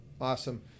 Awesome